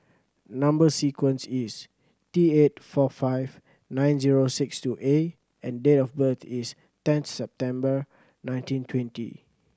number sequence is T eight four five nine zero six two A and date of birth is tenth September nineteen twenty